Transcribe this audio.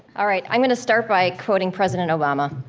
alright, i'm gonna start by quoting president obama.